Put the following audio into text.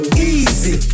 Easy